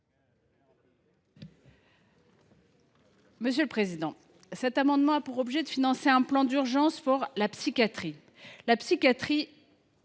Anne Souyris. Cet amendement a pour objet de financer un plan d’urgence pour la psychiatrie. La psychiatrie,